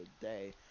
day